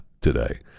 today